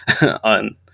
on